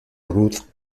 ruth